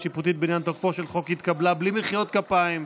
תוקפו של חוק) התקבלה, בלי מחיאות כפיים,